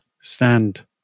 stand